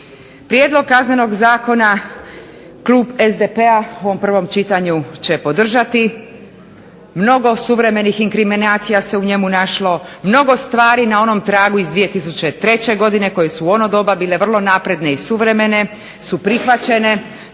Prijedlog Kaznenog zakona klub SDP-a u ovom prvom čitanju će podržati. Mnogo suvremeni inkriminacija se u njemu našlo, mnogo stvari na onom tragu iz 2003. godine koji su u ono doba bile vrlo napredne i suvremene su prihvaćene.